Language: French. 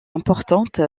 importante